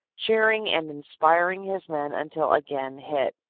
cheering and inspiring his men until again hit.